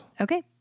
Okay